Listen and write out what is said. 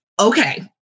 okay